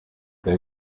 they